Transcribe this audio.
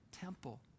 temple